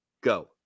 Go